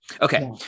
Okay